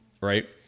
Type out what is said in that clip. right